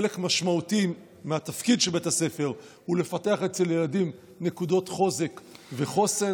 חלק משמעותי מהתפקיד של בית הספר הוא לפתח אצל ילדים נקודות חוזק וחוסן.